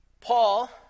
Paul